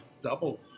double